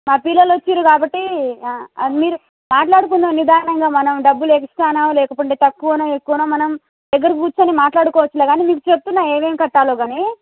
మా పిల్లలు వచ్చినారు కాబట్టి అన్నీ మాట్లాడుకుందాం నిదానంగా మనం డబ్బులు ఎగస్ట్రానా లేకుంటే తక్కువనో ఎక్కువనో మనం దగ్గర కూర్చొని మాట్లాడుకోవచ్చులే గానీ మీకు చెప్తున్న ఏం ఏం కట్టలో గానీ